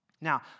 Now